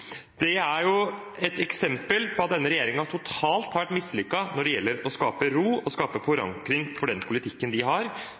Det er eksempler på at denne regjeringen har vært totalt mislykket når det gjelder å skape ro og